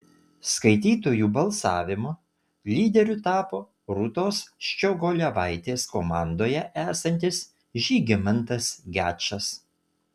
skaitytojų balsavimu lyderiu tapo rūtos ščiogolevaitės komandoje esantis žygimantas gečas